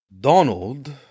Donald